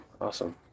awesome